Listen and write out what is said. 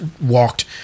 walked